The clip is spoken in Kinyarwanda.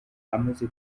amaze